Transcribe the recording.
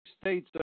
states